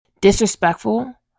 disrespectful